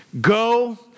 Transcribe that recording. Go